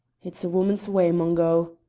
it's a woman's way, mungo.